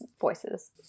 voices